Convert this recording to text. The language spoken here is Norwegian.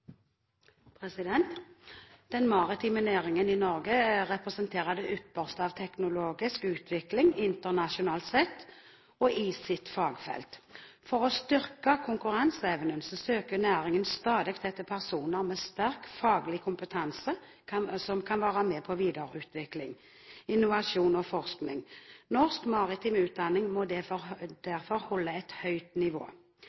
Den maritime næringen i Norge representerer det ypperste av teknologisk utvikling internasjonalt sett innen sitt fagfelt. For å styrke konkurranseevnen søker næringen stadig etter personer med sterk faglig kompetanse som kan være med på videreutvikling, innovasjon og forskning. Norsk maritim utdanning må derfor